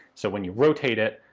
so when you rotate it,